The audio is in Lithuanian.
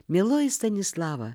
mieloji stanislava